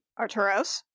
Arturos